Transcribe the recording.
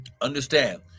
understand